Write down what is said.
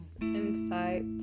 insight